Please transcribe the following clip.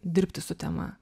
dirbti su tema